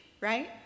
right